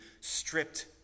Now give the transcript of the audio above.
stripped